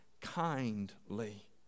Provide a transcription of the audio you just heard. kindly